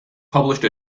published